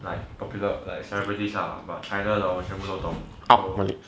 like popular like celebrities ah but china 的 hor 什么都懂